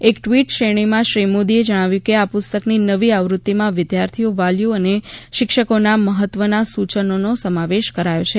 એક ટ્વીટ શ્રેણીમાં શ્રી મોદીએ જણાવ્યું કે આ પુસ્તકની નવી આવૃત્તિમાં વિદ્યાર્થીઓ વાલીઓ અને શિક્ષકોના મફત્વના સૂચનોનો સમાવેશ કરાયો છે